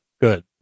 good